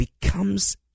becomes